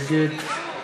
נגד